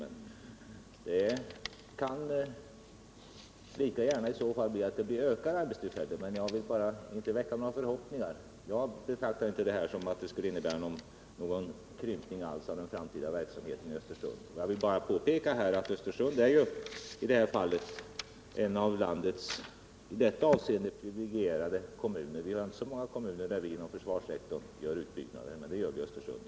Men om det blir någon ändring kan det i så fall lika gärna bli fler arbetstillfällen, men jag vill inte väcka några förhoppningar. Jag betraktar emellertid inte det här som att det skulle innebära någon krympning alls av den faktiska verksamheten i Östersund. I detta samman hang vill jag påpeka att Östersund ju är en av landets i detta avseende privilegierade kommuner. Det finns inte så många kommuner där vi inom försvarssektorn gör utbyggnader, men det gör vi i Östersund.